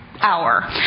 hour